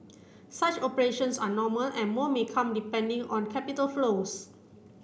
such operations are normal and more may come depending on capital flows